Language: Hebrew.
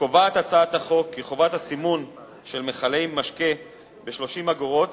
קובעת הצעת החוק כי חובת הסימון של מכלי משקה ב-30 אגורות